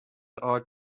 art